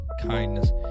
kindness